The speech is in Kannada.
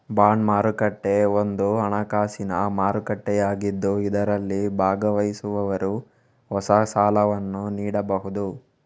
ಬಾಂಡ್ ಮಾರುಕಟ್ಟೆ ಒಂದು ಹಣಕಾಸಿನ ಮಾರುಕಟ್ಟೆಯಾಗಿದ್ದು ಇದರಲ್ಲಿ ಭಾಗವಹಿಸುವವರು ಹೊಸ ಸಾಲವನ್ನು ನೀಡಬಹುದು